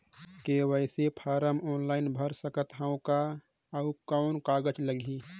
KYC form online भर सकत हवं का? अउ कौन कागज लगही?